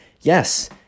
Yes